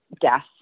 death